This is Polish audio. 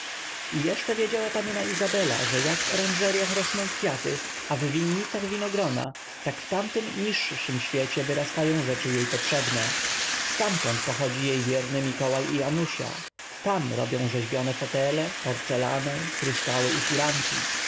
i jeszcze wiedziała panna izabela że jak w oranżeryach rosną kwiaty a w winnicach winogrona tak w tamtym niższym świecie wyrastają rzeczy jej potrzebne ztamtąd pochodzi jej wierny mikołaj i anusia tam robią rzeźbione fotele porcelanę kryształy i firanki